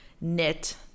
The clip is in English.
knit